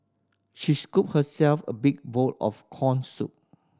she scooped herself a big bowl of corn soup